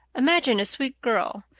imagine a sweet girl,